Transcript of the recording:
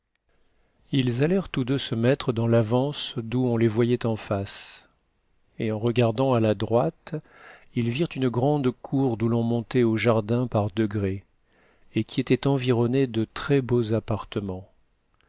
s altèrent tous deux se mettre dans l'avance d'où on les voyait en face et en regardant à la droite ils virent une grande cour d'où l'on montait au jardin par degrés et qui était environnée de très-beaux appartements